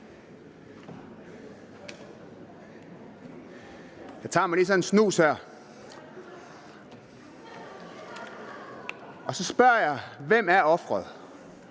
Jeg tager mig lige sådan en snus. Og så spørger jeg: Hvem er offeret?